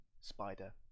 spider